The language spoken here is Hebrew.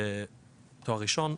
תואר ראשון,